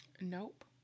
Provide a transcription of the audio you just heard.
Nope